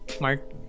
mark